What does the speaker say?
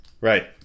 Right